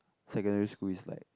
secondary school is like